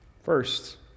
First